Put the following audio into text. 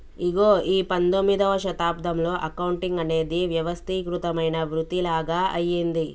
ఇగో ఈ పందొమ్మిదవ శతాబ్దంలో అకౌంటింగ్ అనేది వ్యవస్థీకృతమైన వృతిలాగ అయ్యింది